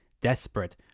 Desperate